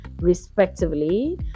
respectively